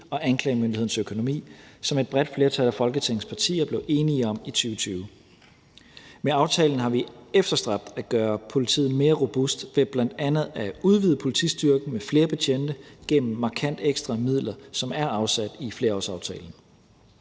og anklagemyndighedens økonomi, som et bredt flertal af Folketingets partier blev enige om i 2020. Med aftalen har vi efterstræbt at gøre politiet mere robust ved bl.a. at udvide politistyrken med flere betjente gennem markant flere midler, som er afsat i flerårsaftalen.